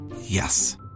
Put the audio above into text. Yes